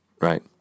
Right